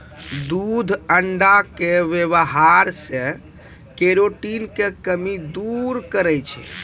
दूध अण्डा के वेवहार से केरोटिन के कमी दूर करै छै